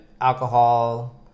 alcohol